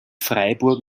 freiburg